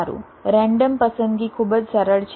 સારું રેન્ડમ પસંદગી ખૂબ જ સરળ છે